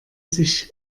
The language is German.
sich